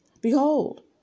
behold